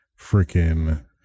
Freaking